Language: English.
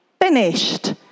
finished